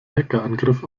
hackerangriff